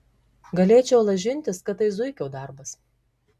galėčiau lažintis kad tai zuikio darbas